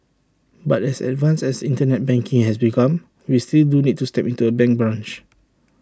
but as advanced as Internet banking has become we still do need to step into A bank branch